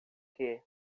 que